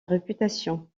réputation